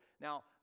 Now